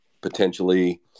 potentially